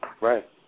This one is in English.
Right